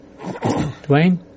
Dwayne